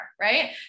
right